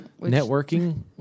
networking